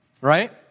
right